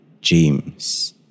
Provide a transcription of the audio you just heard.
James